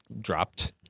dropped